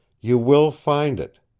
you will find it.